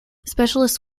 specialists